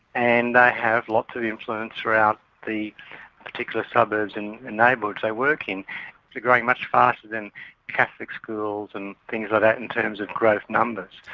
and they have lots of influence throughout the particular suburbs and neighbourhoods they work in. they're growing much faster than catholic schools and things like that in terms of growth numbers.